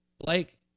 Blake